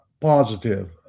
Positive